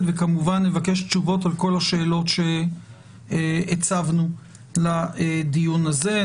וכמובן נבקש תשובות על כל השאלות שהצגנו לדיון הזה.